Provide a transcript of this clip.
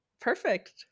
Perfect